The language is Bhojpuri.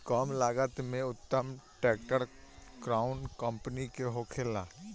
कम लागत में उत्तम ट्रैक्टर कउन कम्पनी के होखेला?